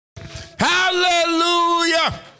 Hallelujah